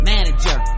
Manager